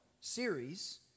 series